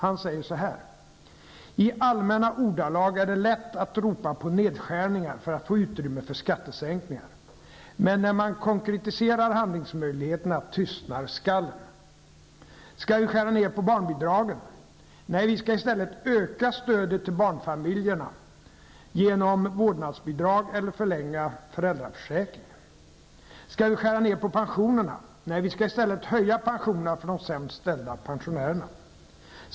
Han säger: ''I allmänna ordalag är det lätt att ropa på nedskärningar för att få utrymme för skattesänkningar -- men när man konkretiserar handlingsmöjligheterna tystnar skallen. Skall vi skära ned på barnbidragen? Nej, vi skall i stället öka stödet till barnfamiljerna genom vårdnadsbidrag eller förlänga föräldraförsäkringen! Skall vi skära ned på pensionerna? Nej, vi skall i stället höja pensionerna för de sämst ställda pensionärerna!